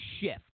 shift